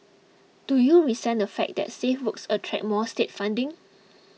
do you resent the fact that safe works attract more state funding